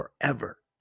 forever